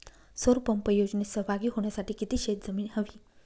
सौर पंप योजनेत सहभागी होण्यासाठी किती शेत जमीन हवी?